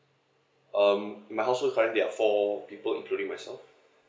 um my household currently there are four people including myself